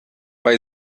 bei